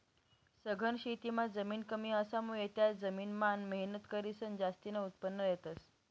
सघन शेतीमां जमीन कमी असामुये त्या जमीन मान मेहनत करीसन जास्तीन उत्पन्न लेतस